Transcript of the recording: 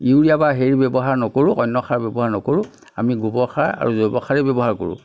urea বা হেৰি ব্য়ৱহাৰ নকৰোঁ অন্য় সাৰ ব্য়ৱহাৰ নকৰো আমি গোবৰ সাৰ আৰু জৈৱ সাৰেই ব্য়ৱহাৰ কৰোঁ